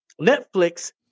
Netflix